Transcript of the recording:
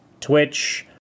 Twitch